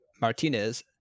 Martinez